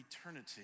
eternity